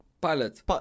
Pilot